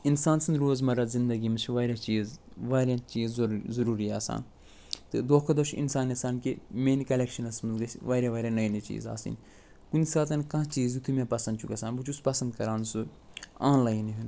اِنسان سٕنٛز روزمرہ زندگی مَنٛز چھِ واریاہ چیٖز واریاہ چیٖز ضوٚر ضٔروٗری آسان تہٕ دۄہ کھۄ دۄہ چھُ اِنسان یَژھان کہِ میٛانہِ کَلٮ۪کشَنَس مَنٛز گژھِ واریاہ واریاہ نٔے نٔے چیٖز آسٕنۍ کُنہِ ساتہٕ کانٛہہ چیٖز یُتھُے مےٚ پَسَند چھُ گَژھان بہٕ چھُس پَسَند کران سُہ آنلاین ہیوٚن